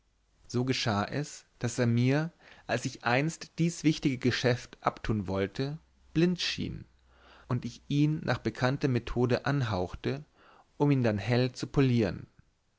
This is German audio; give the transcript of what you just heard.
so geschah es daß er mir als ich einst dies wichtige geschäft abtun wollte blind schien und ich ihn nach bekannter methode anhauchte um ihn dann hell zu polieren